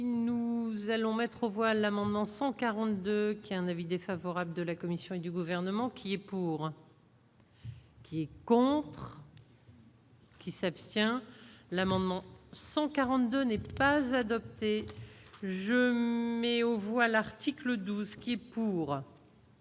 nous allons mettre au voile amendement 142 qui a un avis défavorable de la Commission et du gouvernement qui est pour. C'est con. Qui s'abstient l'amendement 142 n'était pas adopté, je mais on voit l'article 12 qui est pour.